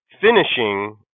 Finishing